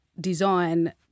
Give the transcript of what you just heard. design